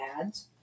ads